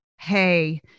hey